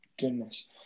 goodness